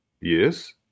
yes